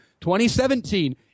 2017